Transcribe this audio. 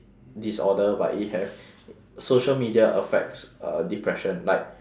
disorder but it have social media affects uh depression like